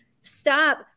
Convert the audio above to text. stop